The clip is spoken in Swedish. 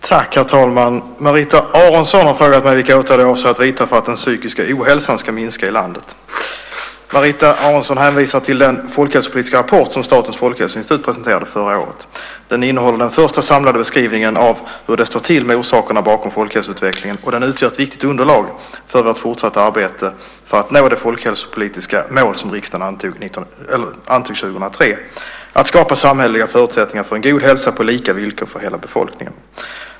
Herr talman! Marita Aronson har frågat mig vilka åtgärder jag avser att vidta för att den psykiska ohälsan ska minska i landet. Marita Aronson hänvisar till den folkhälsopolitiska rapport som Statens folkhälsoinstitut presenterade förra året. Den innehåller den första samlade beskrivningen av hur det står till med orsakerna bakom folkhälsoutvecklingen, och den utgör ett viktigt underlag för vårt fortsatta arbete för att nå det folkhälsopolitiska mål som riksdagen antog 2003: Att skapa samhälleliga förutsättningar för en god hälsa på lika villkor för hela befolkningen.